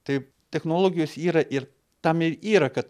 taip technologijos yra ir tam ir yra kad